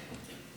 משפחות יקרות,